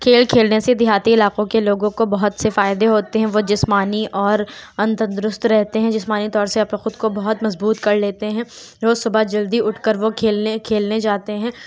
کھیل کھیلنے سے دیہاتی علاقوں کے لوگوں کو بہت سے فائدے ہوتے ہیں وہ جسمانی اور ان تندرست رہتے ہیں جسمانی طور سے اپنے خود کو بہت مضبوط کر لیتے ہیں روز صبح جلدی اٹھ کر وہ کھیلنے کھیلنے جاتے ہیں